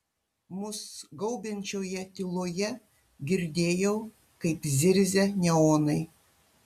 mus gaubiančioje tyloje girdėjau kaip zirzia neonai